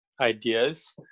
ideas